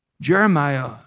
Jeremiah